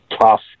tough